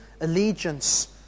allegiance